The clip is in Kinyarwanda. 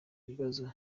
bibazo